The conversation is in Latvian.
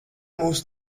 mūs